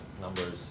numbers